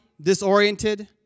disoriented